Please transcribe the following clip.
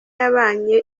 yabanye